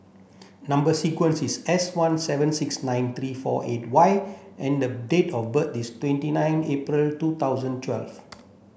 number sequence is S one seven six nine three four eight Y and the date of birth is twenty nine April two thousand twelve